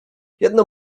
jedno